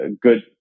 good